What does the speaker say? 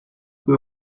peu